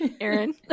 Aaron